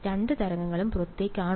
രണ്ട് തരംഗങ്ങളും പുറത്തേക്കാണോ